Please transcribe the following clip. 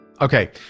Okay